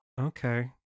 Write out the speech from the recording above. Okay